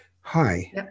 Hi